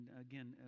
again